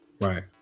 Right